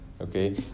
okay